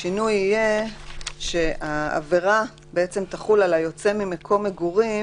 השינוי יהיה שהעבירה בעצם תחול על היוצא ממקום מגורים,